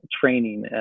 training